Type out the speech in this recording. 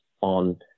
on